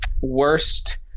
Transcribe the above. worst